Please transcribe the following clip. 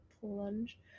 plunge